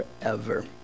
forever